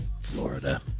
Florida